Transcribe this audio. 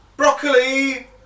Broccoli